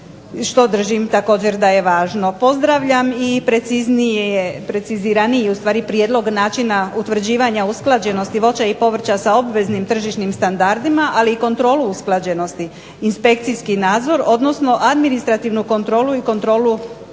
što držim također da je važno. Pozdravljam i precizniji prijedlog načina utvrđivanja usklađenosti voća i povrća sa obveznim tržišnim standardima, ali i kontrolu usklađenosti inspekcijski nadzor, odnosno administrativnu kontrolu i kontrolu na